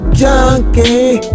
junkie